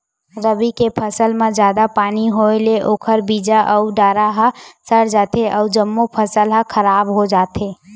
रबी के फसल म जादा पानी होए ले ओखर बीजा अउ डारा ह सर जाथे अउ जम्मो फसल ह खराब हो जाथे